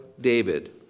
David